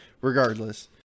regardless